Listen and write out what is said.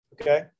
okay